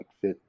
fit